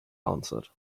answered